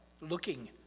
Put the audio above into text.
looking